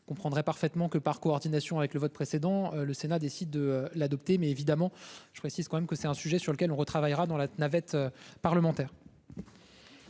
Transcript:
je comprendrais parfaitement que par coordination avec le vote précédent le Sénat décide de l'adopter, mais évidemment je précise quand même que c'est un sujet sur lequel on retravaillera dans la navette parlementaire.